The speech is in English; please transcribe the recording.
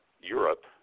Europe